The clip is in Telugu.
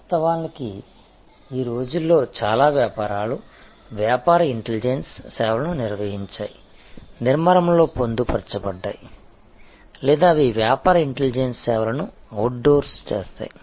వాస్తవానికి ఈ రోజుల్లో చాలా వ్యాపారాలు వ్యాపార ఇంటెలిజెన్స్ సేవలను నిర్వహించాయి నిర్మాణంలో పొందుపరచబడ్డాయి లేదా అవి వ్యాపార ఇంటెలిజెన్స్ సేవలను అవుట్సోర్స్ చేస్తాయి